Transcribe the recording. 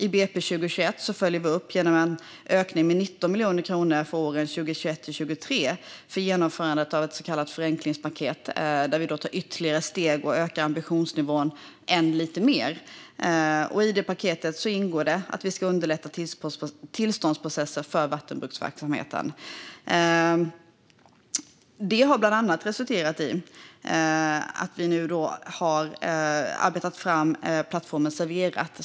I budgetpropositionen för 2021 följer vi upp detta genom en ökning med 19 miljoner kronor för åren 2021-2023 för genomförandet av ett så kallat förenklingspaket. Vi tar där ytterligare steg för att öka ambitionsnivån ännu lite mer. I detta paket ingår att vi ska underlätta tillståndsprocesser för vattenbruksverksamheten. Detta har bland annat resulterat i att vi nu har arbetat fram plattformen Serverat.